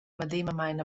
medemamein